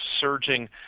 surging